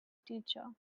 teacher